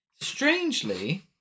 Strangely